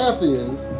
Athens